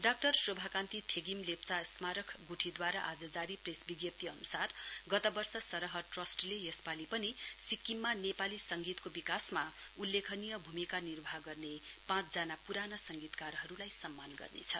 doctor Shobha Kanti Thegim Lepcha स्मारर्क गुठीदूवारा आज जारी प्रेस विज्ञप्ती अनुसार गत वर्ष सरह ट्रस्टले यसपालि पनि सिक्किममा नेपाली सङ्गीतको विकासमा उल्लेखनीय भूमिका निर्वाह गर्ने पाँचजना पूराना सङ्गीतकारहरुलाई सम्मानित गर्नेछ